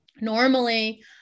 Normally